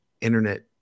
internet